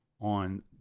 on